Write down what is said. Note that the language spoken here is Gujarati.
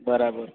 બરાબર